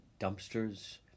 dumpsters